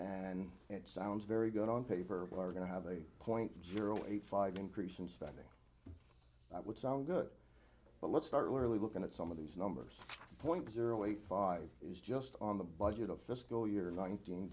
and it sounds very good on paper we are going to have a point zero eight five increase in spending that would sound good but let's start really looking at some of these numbers point zero eight five is just on the budget of fiscal year nineteen